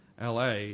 LA